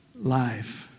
life